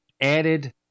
added